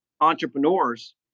entrepreneurs